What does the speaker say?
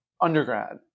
undergrad